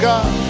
God